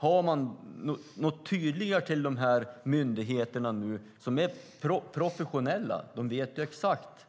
Har man något tydligare uppdrag till de här myndigheterna? De är professionella - de vet exakt